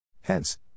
Hence